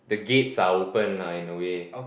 the gates are open lah in a way